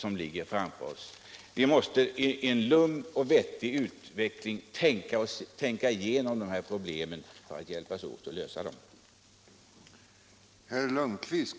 Vi måste i lugn och ro tänka igenom dessa problem för att kunna hjälpas åt att lösa dem och för att nå en vettig utveckling. Allmänpolitisk debatt Allmänpolitisk debatt